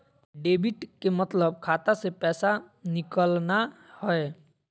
debit के मतलब खाता से पैसा निकलना हय